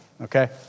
Okay